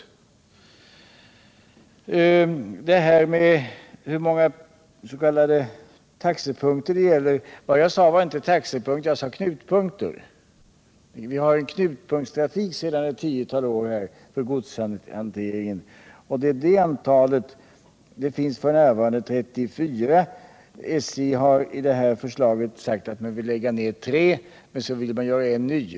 Vad sedan beträffar frågan om hur många s.k. taxepunkter det gäller vill jag göra ett tillrättaläggande. Jag talade inte om taxepunkter, utan om knutpunkter. Vi har ju en knutpunktstrafik för godshanteringen sedan ett tiotal år. Det finns f. n. 34 sådana knutpunkter. SJ har i sitt förslag sagt att man vill lägga ner 3, men samtidigt ville man göra en ny knutpunkt.